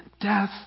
death